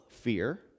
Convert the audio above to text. fear